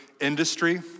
industry